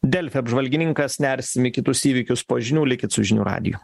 delfi apžvalgininkas nersim į kitus įvykius po žinių likit su žinių radiju